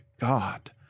God